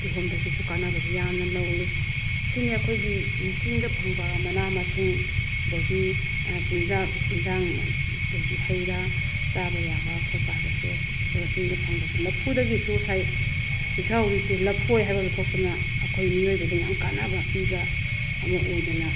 ꯀꯤꯍꯣꯝꯗꯒꯤꯁꯨ ꯀꯥꯟꯅꯕꯁꯦ ꯌꯥꯝꯅ ꯂꯧꯋꯦ ꯁꯤꯅꯦ ꯑꯩꯈꯣꯏꯒꯤ ꯆꯤꯡꯗ ꯐꯪꯕ ꯃꯅꯥ ꯃꯁꯤꯡ ꯑꯗꯒꯤ ꯆꯤꯟꯖꯥꯛ ꯑꯦꯟꯁꯥꯡ ꯑꯗꯒꯤ ꯍꯩꯔꯥ ꯆꯥꯕ ꯌꯥꯕ ꯈꯣꯠꯄ ꯍꯥꯏꯕꯁꯦ ꯑꯗꯨꯒ ꯆꯤꯡꯗ ꯐꯪꯕꯁꯦ ꯂꯐꯨꯗꯒꯤꯁꯨ ꯉꯁꯥꯏ ꯆꯤꯠꯊꯍꯧꯔꯤꯁꯦ ꯂꯐꯣꯏ ꯍꯥꯏꯕ ꯑꯃꯁꯨ ꯊꯣꯛꯇꯅ ꯑꯩꯈꯣꯏ ꯃꯤꯑꯣꯏꯕꯗ ꯌꯥꯝ ꯀꯥꯟꯅꯕ ꯄꯤꯕ ꯑꯃ ꯑꯣꯏꯗꯅ